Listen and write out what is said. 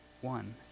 one